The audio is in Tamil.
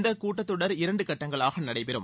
இந்தக் கூட்டத் தொடர் இரண்டு கட்டங்களாக நடைபெறும்